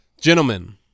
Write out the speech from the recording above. gentlemen